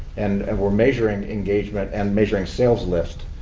and and we're measuring engagement and measuring sales lists.